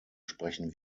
sprechen